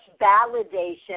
validation